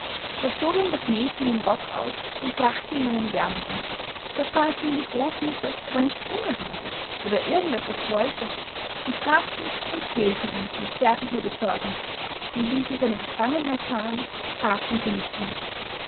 da zog ihm das mädchen den rock aus und brachte ihm einen wärmeren da fragte ihn die großmutter ob er nicht hunger habe oder irgend etwas wollte sie fragten und quälten ihn mit zärtlicher besorgnis und wie sie seine befangenheit sahen fragten sie nicht mehr